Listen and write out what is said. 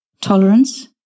Tolerance